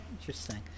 Interesting